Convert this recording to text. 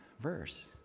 verse